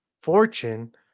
fortune